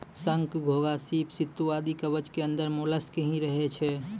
शंख, घोंघा, सीप, सित्तू आदि कवच के अंदर मोलस्क ही रहै छै